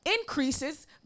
increases